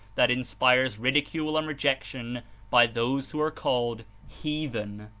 that inspires ridicule and rejection by those who are called heathen.